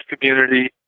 community